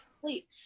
Please